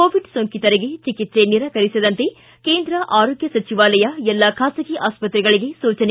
Covid ಸೋಂಕಿತರಿಗೆ ಚಿಕಿತ್ಸೆ ನಿರಾಕರಿಸದಂತೆ ಕೇಂದ್ರ ಆರೋಗ್ನ ಸಚಿವಾಲಯ ಎಲ್ಲ ಖಾಸಗಿ ಆಸ್ಪತ್ರೆಗಳಿಗೆ ಸೂಚನೆ